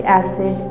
acid